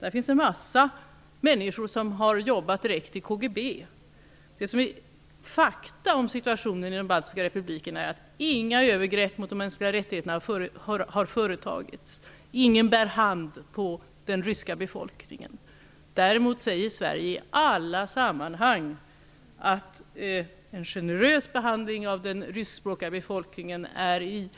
Där finns en mängd människor som har arbetat i KGB. Fakta om situationen i de baltiska republikerna är att inga övergrepp mot de mänskliga rättigheterna har företagits. Ingen bär hand på den ryska befolkningen. Däremot säger vi från Sverige i alla sammanhang att en generös behandling av den ryskspråkiga befolkningen är i